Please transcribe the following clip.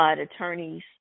attorneys